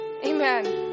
Amen